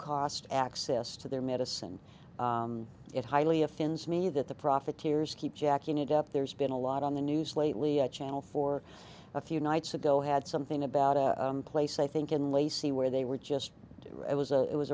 cost access to their medicine it highly offends me that the profiteers keep jacking it up there's been a lot on the news lately channel for a few nights ago had something about a place i think in lacey where they were just it was a it was